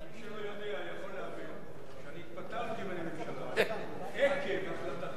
אבל מי שלא יודע יכול להבין שאני התפטרתי מהממשלה עקב החלטתה